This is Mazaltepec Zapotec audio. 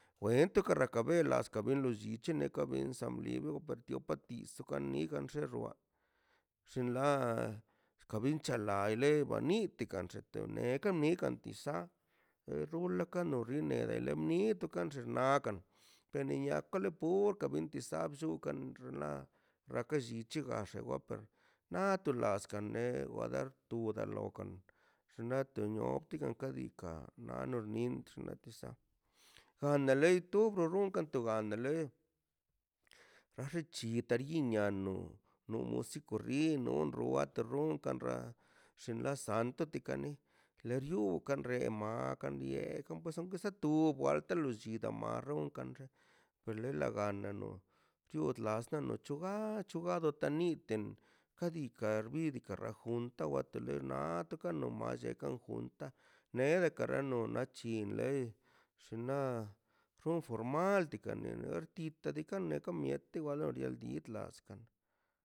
Weento karrakabela skabelo llichene ka bensan blibə partio patizo ganiga xexoa xinlaa kabinchala el eba nítika xen teneka nika tisaa e rula ka noxi nedele mniituka mxu nakan beneyea kale purkaꞌ bentiza bzukan mra rakalliche gaxe waper ná torlaska newadar tu dalokan xnatə nio tigan ka dika nanoxnin xmet tza andalei tuga runka tu andalei are chixtariin nia noy no musico rinm no ruater ron ka mra xllin lasanttəkani ḻebiú kan reemaak kan biee kom pazon pase tu bual to losi tamaro kan xo la le ganano to tlas gano chugaa chugad tani ten ka dika rbidika raum tawa tener naa toka no mas llekaꞌ unta nevekaꞌ rano na c̱hin le chinla funrfu romaltica ner nertita de caner kon miel te wala diel dii tlas kan